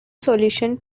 solution